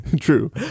True